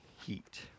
heat